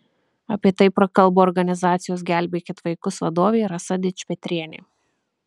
apie tai prakalbo organizacijos gelbėkit vaikus vadovė rasa dičpetrienė